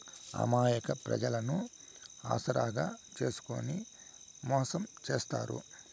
అమాయక ప్రజలను ఆసరాగా చేసుకుని మోసం చేత్తారు